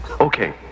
Okay